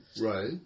Right